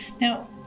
now